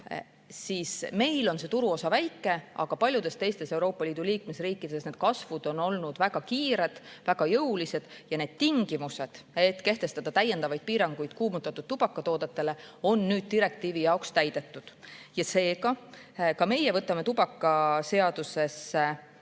1%-ni. Meil on see turuosa väike, aga paljudes teistes Euroopa Liidu liikmesriikides on need kasvud olnud väga kiired, väga jõulised. Ka need tingimused, et saaks kehtestada täiendavaid piiranguid kuumutatud tubakatoodetele, on nüüd direktiivi jaoks täidetud. Ja seega ka meie võtame tubakaseaduses